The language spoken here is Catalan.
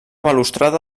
balustrada